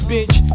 bitch